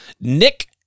nick